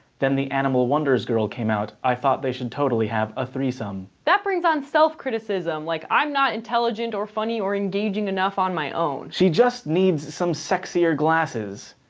then the animal wonders girl came out, i thought they should totally have a threesome. that brings on self criticism, like, i'm not intelligent, or funny, or engaging enough on my own. she just needs some sexier glasses.